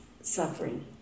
suffering